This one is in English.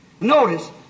Notice